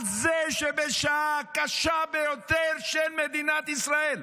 על זה שבשעה הקשה ביותר של מדינת ישראל,